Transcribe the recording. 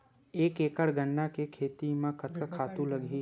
एक एकड़ गन्ना के खेती म कतका खातु लगही?